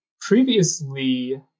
previously